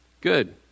Good